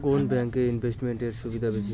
কোন ব্যাংক এ ইনভেস্টমেন্ট এর সুবিধা বেশি?